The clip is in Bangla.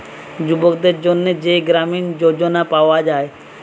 যুবকদের জন্যে যেই গ্রামীণ যোজনা পায়া যায়